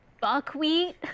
buckwheat